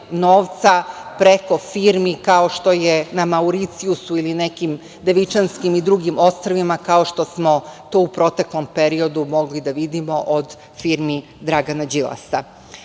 novca preko firmi, kao što je na Mauricijusu ili nekim Devičanskim i nekim drugim ostrvima, kao što smo to u proteklom periodu mogli da vidimo od firmi Dragana Đilasa. Ovaj